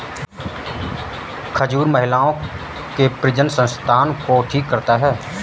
खजूर महिलाओं के प्रजननसंस्थान को ठीक करता है